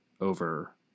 over